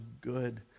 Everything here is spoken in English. good